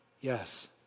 Yes